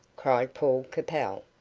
cried paul capel.